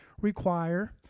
require